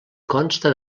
consta